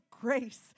grace